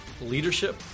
leadership